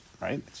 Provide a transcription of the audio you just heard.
right